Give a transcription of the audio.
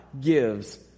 gives